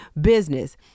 business